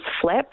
flip